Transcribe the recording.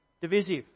divisive